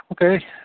Okay